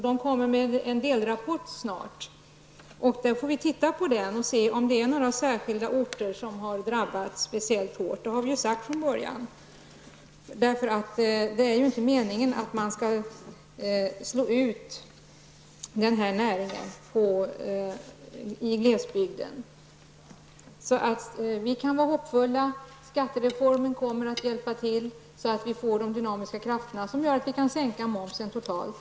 Den kommer snart med en delrapport, och vi får då se om det är några orter som har drabbats särskilt hårt. Det är ju inte meningen att den här näringen skall slås ut i glesbygden. Vi kan alltså vara hoppfulla. Skattereformen kommer att hjälpa oss att få fram de dynamiska krafter som gör att vi kan sänka momsen totalt.